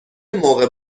موقع